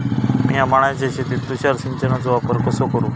मिया माळ्याच्या शेतीत तुषार सिंचनचो वापर कसो करू?